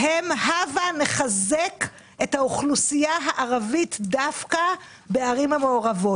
הם "הבה נחזק את האוכלוסייה הערבית דווקא בערים המעורבות".